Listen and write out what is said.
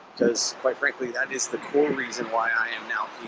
cause quite frankly, that is the core reason why i am now